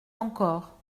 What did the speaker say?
encore